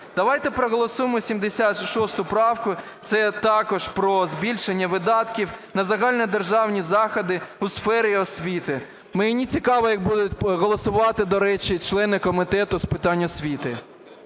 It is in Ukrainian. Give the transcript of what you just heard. Давайте проголосуємо 76 правку – це також про збільшення видатків на загальнодержавні заходи у сфері освіти. Мені цікаво, як будуть голосувати, до речі, члени Комітету з питань освіти.